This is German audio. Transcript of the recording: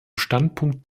standpunkt